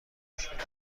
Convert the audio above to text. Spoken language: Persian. مشکلات